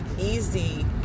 easy